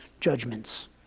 judgments